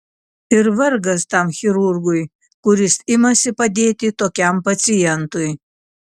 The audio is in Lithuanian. ir vargas tam chirurgui kuris imasi padėti tokiam pacientui